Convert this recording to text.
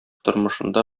тормышында